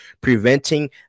preventing